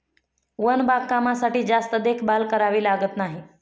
one बागकामासाठी जास्त देखभाल करावी लागत नाही